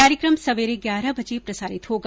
कार्यक्रम सवेरे ग्यारह बजे प्रसारित होगा